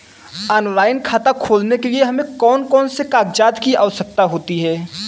Online खाता खोलने के लिए हमें कौन कौन से कागजात की आवश्यकता होती है?